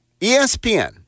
ESPN